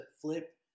flip